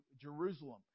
Jerusalem